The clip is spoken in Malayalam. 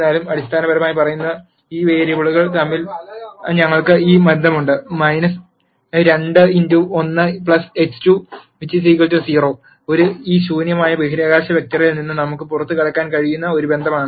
എന്നിരുന്നാലും അടിസ്ഥാനപരമായി പറയുന്ന ഈ വേരിയബിളുകൾ തമ്മിൽ ഞങ്ങൾക്ക് ഒരു ബന്ധമുണ്ട് 2x1 x2 0 ഈ ശൂന്യമായ ബഹിരാകാശ വെക്റ്ററിൽ നിന്ന് നമുക്ക് പുറത്തുകടക്കാൻ കഴിയുന്ന ഒരു ബന്ധമാണ്